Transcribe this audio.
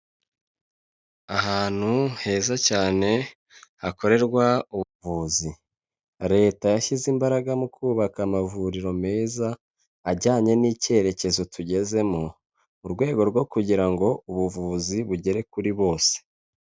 Ahantu heza cyane hakorerwa ubuvuzi leta yashyize imbaraga mu kubaka amavuriro meza, ajyanye n'icyerekezo tugezemo, mu rwego rwo kugira ngo ubuvuzi bugere kuri bose.